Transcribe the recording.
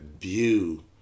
view